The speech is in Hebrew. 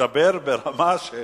לדבר ברמה של